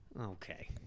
Okay